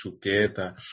together